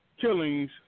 killings